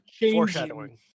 foreshadowing